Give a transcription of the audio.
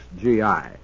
XGI